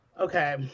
Okay